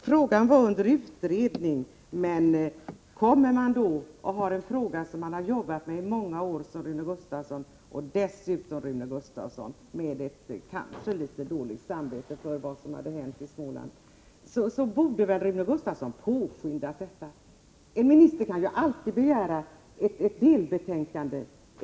Frågan var under utredning, men om man som Rune Gustavsson under många år har jobbat med den — dessutom kanske med litet dåligt samvete för vad som hade hänt i Småland — så borde han väl ha påskyndat en ändring. En minister kan ju alltid begära ett delbetänkande.